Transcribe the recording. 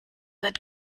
wird